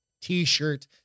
t-shirt